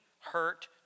hurt